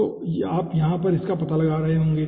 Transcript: तो आप यहाँ पर इसका पता लगा रहे होंगे